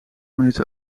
minuten